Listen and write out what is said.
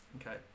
Okay